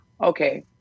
okay